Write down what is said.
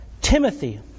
Timothy